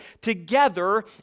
together